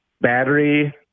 battery